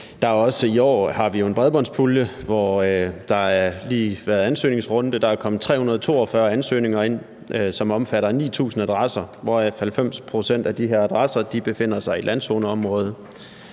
lige har været en ansøgningsrunde. Der er kommet 342 ansøgninger ind, som omfatter 9.000 adresser, hvor 90 pct. af de her adresser befinder sig i landzoneområdet.